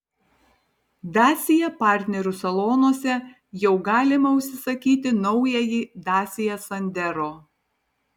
dacia partnerių salonuose jau galima užsisakyti naująjį dacia sandero